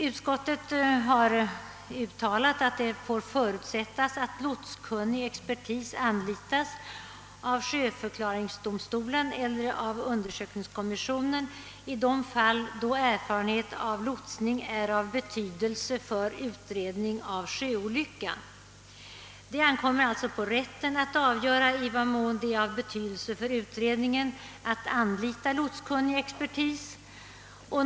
Utskottet har uttalat att det får förutsättas att lotskunnig expertis anlitas i sjöförklaringsdomstolen eller i undersökningskommissionen »i de fall då erfarenhet av lotsning är av betydelse för utredning av sjöolycka». Det an kommer alltså på rätten att avgöra i vad mån det är av betydelse för utredningen att anlita lotskunnig expertis.